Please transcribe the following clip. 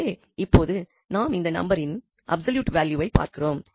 எனவே இப்பொழுது நாம் இந்த நம்பரின் அப்சொலூட் வேல்யூவை பார்க்கிறோம்